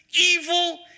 evil